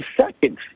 seconds